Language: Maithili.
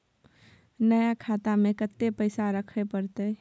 नया खाता में कत्ते पैसा रखे परतै?